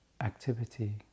activity